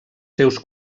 seus